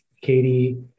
Katie